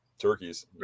turkeys